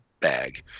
bag